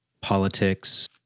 politics